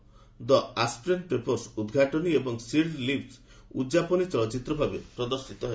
'ଦ Aspern papers' ଉଦ୍ଘାଟନୀ ଏବଂ 'sealed lips' ଉଦ୍ଯାପନୀ ଚଳଚ୍ଚିତ୍ର ଭାବେ ପ୍ରଦର୍ଶୀତ ହେବ